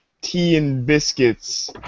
tea-and-biscuits